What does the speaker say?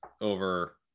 over